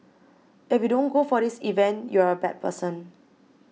if you don't go for this event you're a bad person